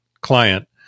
client